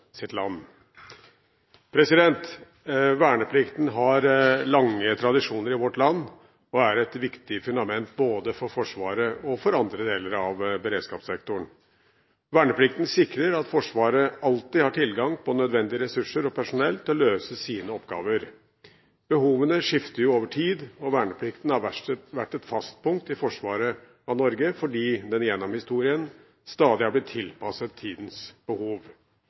sitt land. Verneplikten har lange tradisjoner i vårt land og er et viktig fundament både for Forsvaret og for andre deler av beredskapssektoren. Verneplikten sikrer at Forsvaret alltid har tilgang på nødvendige ressurser og personell til å løse sine oppgaver. Behovene skifter over tid, og verneplikten har vært et fast punkt i forsvaret av Norge fordi den gjennom historien stadig er blitt tilpasset tidens behov.